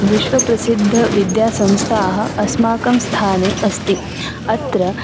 विश्वप्रसिद्धविद्यासम्स्थाः अस्माकं स्थाने अस्ति अत्र